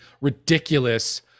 ridiculous